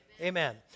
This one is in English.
Amen